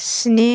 स्नि